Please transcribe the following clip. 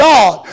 God